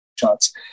shots